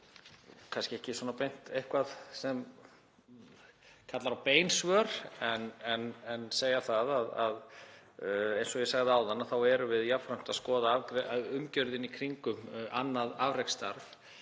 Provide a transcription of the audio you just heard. kannski ekki beint eitthvað sem kallar á bein svör en eins og ég sagði áðan þá erum við jafnframt að skoða umgjörðina í kringum annað afreksstarf,